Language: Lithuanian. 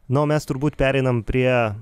na o mes turbūt pereinam prie